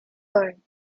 burn